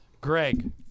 Greg